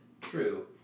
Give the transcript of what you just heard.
True